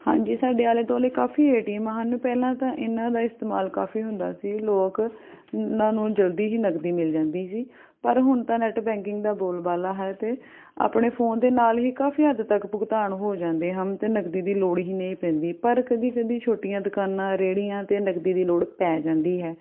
ਹਾਂਜੀ ਸਾਡੇ ਆਲੇ ਦੁਆਲੇ ਕਾਫ਼ੀ ਏ ਟੀ ਐੱਮ ਹਨ ਪਹਿਲਾਂ ਤਾਂ ਇਹਨਾਂ ਦਾ ਇਸਤੇਮਾਲ ਕਾਫ਼ੀ ਹੁੰਦਾ ਸੀ ਲੋਕ ਉਹਨਾਂ ਨੂੰ ਜਲਦੀ ਹੀ ਨਕਦੀ ਮਿਲ ਜਾਂਦੀ ਸੀ ਪਰ ਹੁਣ ਤਾਂ ਨੈੱਟ ਬੈਂਕਿੰਗ ਦਾ ਬੋਲਬਾਲਾ ਹੈ ਅਤੇ ਆਪਣੇ ਫੋਨ ਦੇ ਨਾਲ ਹੀ ਕਾਫ਼ੀ ਹੱਦ ਤੱਕ ਭੁਗਤਾਨ ਹੋ ਜਾਂਦੇ ਹਨ ਅਤੇ ਨਕਦੀ ਦੀ ਲੋੜ ਹੀ ਨਹੀਂ ਪੈਂਦੀ ਪਰ ਕਦੇ ਕਦੇ ਛੋਟੀਆਂ ਦੁਕਾਨਾਂ ਰੇੜੀਆਂ 'ਤੇ ਨਕਦੀ ਦੀ ਲੋੜ ਪੈ ਜਾਂਦੀ ਹੈ